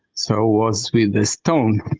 so, was with a stone.